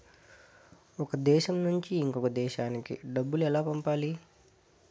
ఒక దేశం నుంచి ఇంకొక దేశానికి డబ్బులు ఎలా పంపాలి?